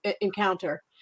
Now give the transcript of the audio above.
encounter